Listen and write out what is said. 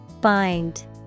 bind